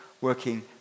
working